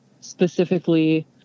specifically